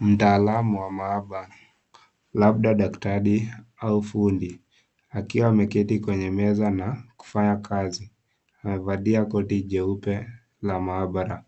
Mtaalamu wa maaba labda daktari au fundi akiwa ameketi kwenye meza na kufanya kazi. Amevalia koti jeupe la maabara